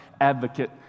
advocate